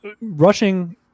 Rushing